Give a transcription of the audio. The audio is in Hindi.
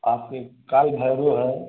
आपके काल भैरो हैं